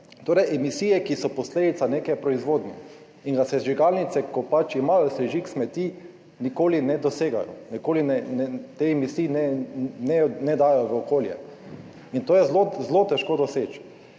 torej emisije, ki so posledica neke proizvodnje, in sežigalnice, ko pač imajo sežig smeti, nikoli ne dosegajo, nikoli teh emisij ne dajo v okolje. In to je zelo težko doseči.